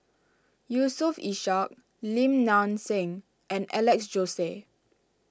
Yusof Ishak Lim Nang Seng and Alex Josey